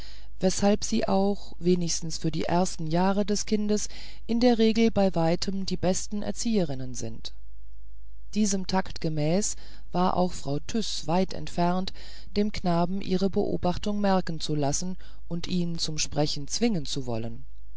weshalb sie auch wenigstens für die ersten jahre des kindes in der regel bei weitem die besten erzieherinnen sind diesem takt gemäß war auch frau tyß weit entfernt dem knaben ihre beobachtung merken zu lassen und ihn zum sprechen zwingen zu wollen